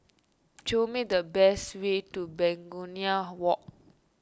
show me the best way to Begonia Walk